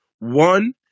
one